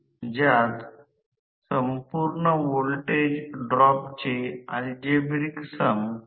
आणि जर हे जनरेटर असतील तर ते फक्त 1500 RMP च्या वर असेल आम्ही इंडक्शन जनरेटर बद्दल मोटर बद्दल चर्चा करणार नाही